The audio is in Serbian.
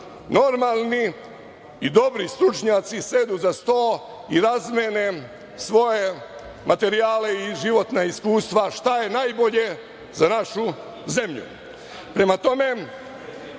normalni i dobri stručnjaci sednu za sto i razmene svoje materijale i životna iskustva šta je najbolje za našu zemlju. Prema tome,